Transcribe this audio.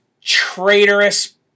traitorous